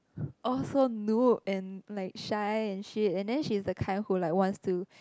all so noob and like shy and shit and then she's the kind who like wants to